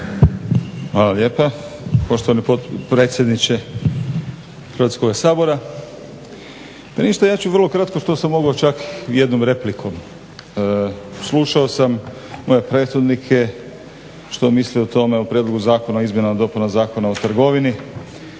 Hvala lijepa poštovani predsjedniče Hrvatskoga sabora. Pa ništa, ja ću vrlo kratko što sam mogao čak jednom replikom. Slušao sam moje prethodnike što misle o tome o Prijedlogu zakona o Izmjenama i dopunama Zakona o trgovini